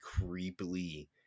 creepily